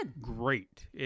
great